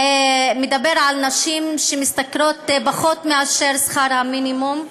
מדבר על נשים שמשתכרות פחות משכר המינימום,